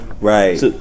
right